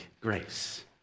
grace